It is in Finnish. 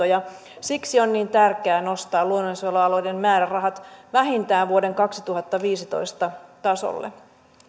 ja siksi on niin tärkeää nostaa luonnonsuojelualueiden määrärahat vähintään vuoden kaksituhattaviisitoista tasolle